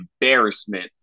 embarrassment